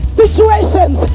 situations